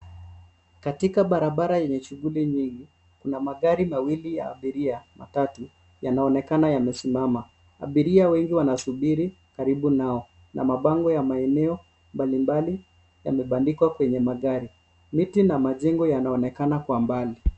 Katika barabara yenye shughuli nyingi na magari mawili ya abiria matatu yanaonekana yamesimama abiria wengi wanasubiri karibu nao na mabango ya maeneo mbali mbali yamebandikwa kwenye magari miti na majengo yanaonekana kwa mbali.